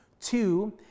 Two